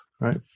right